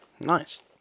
Nice